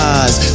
eyes